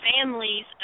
families